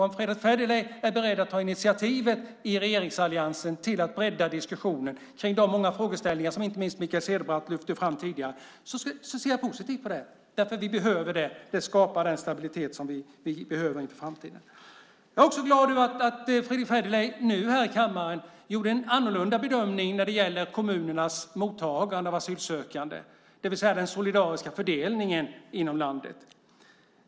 Om Fredrick Federley är beredd att ta initiativet i regeringsalliansen till att bredda diskussionen om de många frågeställningar som inte minst Mikael Cederbratt lyfte fram tidigare ser jag positivt på det. Vi behöver det. Det skapar den stabilitet som vi behöver inför framtiden. Jag är också glad över att Fredrick Federley nu gjorde en annorlunda bedömning när det gäller kommunernas mottagande av asylsökande, det vill säga den solidariska fördelningen inom landet.